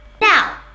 now